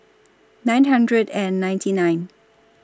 nine hundred and ninety nine